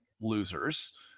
losers